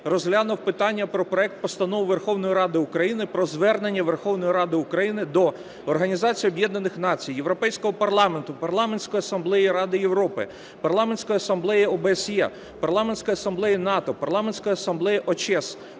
розглянув питання про проект Постанови Верховної Ради України про Звернення Верховної Ради України до Організації Об'єднаних Націй, Європейського Парламенту, Парламентської Асамблеї Ради Європи, Парламентської Асамблеї ОБСЄ, Парламентської Асамблеї НАТО, Парламентської Асамблеї ОЧЕС,